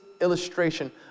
illustration